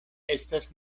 estas